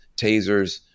tasers